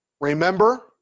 Remember